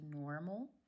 normal